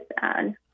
sad